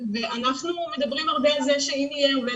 אנחנו מדברים הרבה על זה שאם יהיה עובד